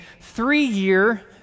three-year